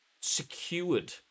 secured